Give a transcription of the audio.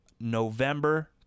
November